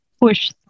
push